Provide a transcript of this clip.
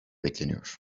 bekleniyor